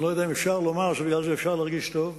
אני לא יודע אם אפשר לומר שבגלל זה אפשר להרגיש טוב,